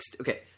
okay